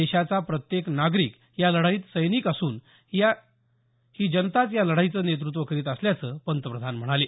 देशाचा प्रत्येक नागरीक या लढाईत सैनिक असून या जनताच या लढाईचं नेतृत्व करीत असल्याचं पंतप्रधान म्हणाले